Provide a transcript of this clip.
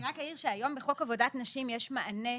אני רק אעיר שהיום בחוק עבודת נשים יש מענה.